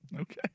okay